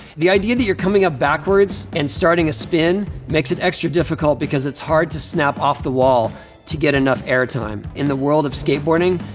the idea that you're coming up backwards and starting a spin makes it extra difficult because it's hard to snap off the wall to get enough air time. in the world of skateboarding,